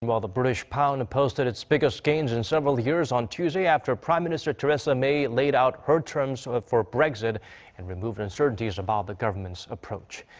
the british pound posted its biggest gains in several years on tuesday after prime minister theresa may laid out her terms sort of for brexit and removed uncertainties about the government's approach.